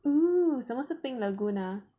oo 什么是 pink lagoon ah